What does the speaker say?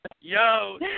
Yo